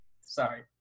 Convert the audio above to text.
Sorry